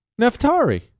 Neftari